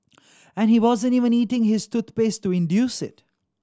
and he wasn't even eating his toothpaste to induce it